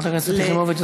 חברת הכנסת יחימוביץ,